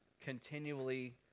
continually